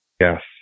Yes